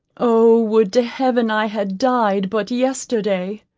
oh would to heaven i had died but yesterday.